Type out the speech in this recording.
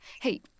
Hey